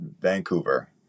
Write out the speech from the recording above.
Vancouver